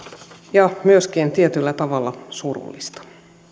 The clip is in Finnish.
ja myöskin tietyllä tavalla surullista